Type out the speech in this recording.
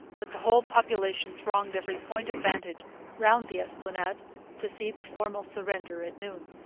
but the whole population thronged every point of vantage round the esplanade to see the formal surrender at noon.